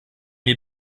wir